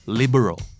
liberal